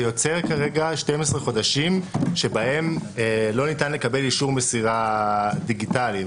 זה יוצר כרגע 12 חודשים שבהם לא ניתן לקבל אישור מסירה דיגיטלי.